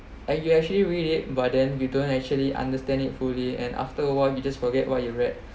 are you actually read it but then you don't actually understand it fully and after a while you just forget what you read